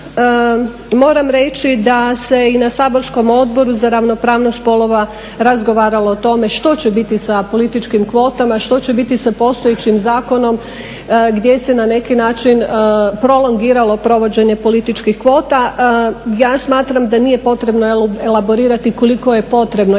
moram reći da se i na saborskom Odboru za ravnopravnost spolova razgovaralo o tome što će biti sa političkim kvotama, što će biti sa postojećim zakonom gdje se na neki način prolongiralo provođenje političkih kvota. Ja smatram da nije potrebno elaborirati koliko je potrebno,